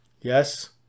Yes